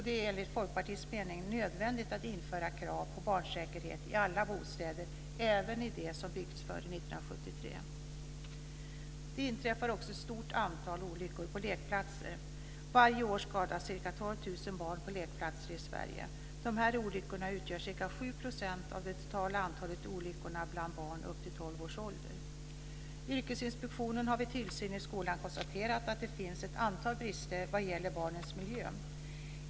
Det är enligt Folkpartiets mening nödvändigt att införa krav på barnsäkerhet i alla bostäder, även i dem som byggts före 1973. Det inträffar också ett stort antal olyckor på lekplatser. Varje år skadas ca 12 000 barn på lekplatser i Sverige. Dessa olyckor utgör ca 7 % av det totala antalet olyckor bland barn upp till 12 års ålder. Yrkesinspektionen har vid tillsyn i skolan konstaterat att det finns ett antal brister vad gäller barnens miljö.